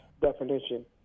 definition